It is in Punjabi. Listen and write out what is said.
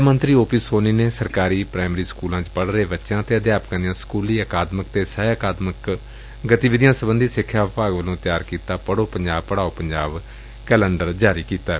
ਸਿੱਖਿਆ ਮੰਤਰੀ ਓਪੀ ਸੋਨੀ ਨੇ ਸਰਕਾਰੀ ਪ੍ਰਾਇਮਰੀ ਸਕੁਲਾਂ ਵਿੱਚ ਪੜ ਰਹੇ ਬੱਚਿਆਂ ਅਤੇ ਅਧਿਆਪਕਾਂ ਦੀਆ ਸਕੁਲੀ ਅਕਾਦਮਿਕ ਅਤੇ ਸਹਿ ਅਕਾਦਮਿਕ ਕਿਰਿਆਵਾਂ ਸਬੰਧੀ ਸਿੱਖਿਆ ਵਿਭਾਗ ਵੱਲੋਂ ਤਿਆਰ ਕੀਤਾ ਪੜੂ ਪੰਜਾਬ ਪੜਾਓ ਪੰਜਾਬ ਕੈਲੰਡਰ ਜਾਰੀ ਕੀਤੈ